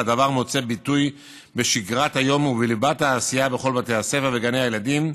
והדבר מוצא ביטוי בשגרת היום ובליבת העשייה בכל בתי הספר וגני הילדים.